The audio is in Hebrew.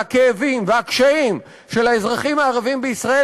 והכאבים והקשיים של האזרחים הערבים בישראל,